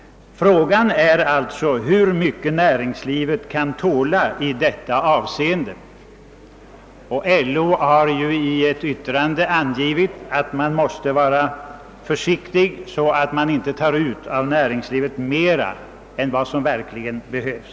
Frågan är alltså hur mycket näringslivet kan tåla i detta avseende, LO har i ett yttrande anfört, att man måste vara försiktig, så att man inte tar ut mera av näringslivet än vad som verkligen behövs.